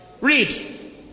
Read